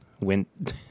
went